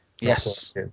Yes